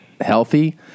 healthy